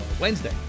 Wednesday